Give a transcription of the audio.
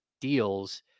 deals